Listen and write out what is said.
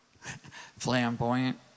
flamboyant